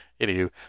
Anywho